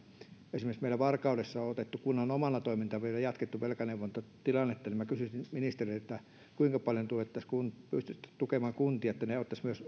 esimerkiksi meillä varkaudessa on kunnan omalla toiminnalla vielä jatkettu velkaneuvontatilannetta minä kysyisin ministeriltä kuinka paljon pystyttäisiin tukemaan kuntia että ne ottaisivat